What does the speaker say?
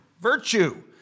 virtue